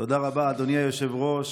תודה רבה, אדוני היושב-ראש.